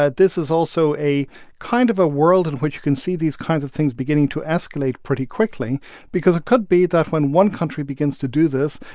ah this is also a kind of a world in which you can see these kinds of things beginning to escalate pretty quickly because it could be that when one country begins to do this,